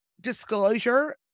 disclosure